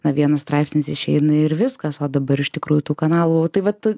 na vienas straipsnis išeina ir viskas o dabar iš tikrųjų tų kanalų tai vat